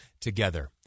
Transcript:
together